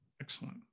Excellent